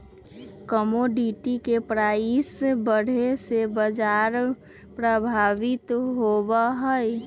commodity के price बढ़े से बाजार प्रभावित होबा हई